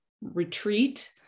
retreat